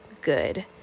good